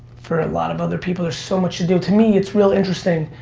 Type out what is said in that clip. for a lot of other people there's so much to do. to me it's really interesting.